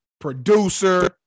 producer